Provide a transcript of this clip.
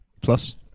Plus